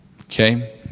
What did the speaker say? Okay